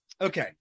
Okay